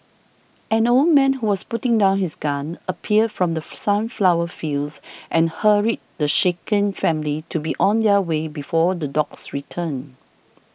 an old man who was putting down his gun appeared from the sunflower fields and hurried the shaken family to be on their way before the dogs return